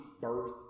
birth